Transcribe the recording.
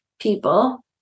people